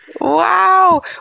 Wow